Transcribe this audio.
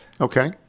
Okay